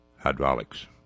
hydraulics